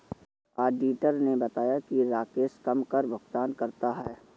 auditor ने बताया कि राकेश कम कर भुगतान करता है